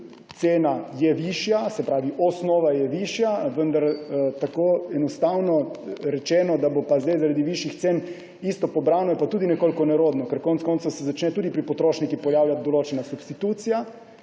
cena višja, se pravi osnova je višja, vendar tako enostavno reči, da bo zdaj zaradi višjih cen isto pobrano, je pa tudi nekoliko nerodno, ker konec koncev se začne tudi pri potrošnikih pojavljati določena substitucija,